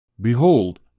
Behold